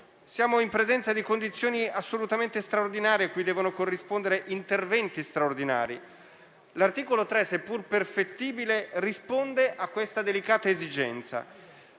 Siamo in presenza di condizioni assolutamente straordinarie, cui devono corrispondere interventi straordinari. L'articolo 3, seppur perfettibile, risponde a questa delicata esigenza.